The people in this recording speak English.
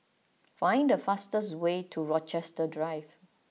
find the fastest way to Rochester Drive